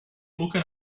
aucun